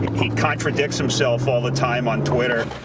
he contradicts himself all the time on twitter.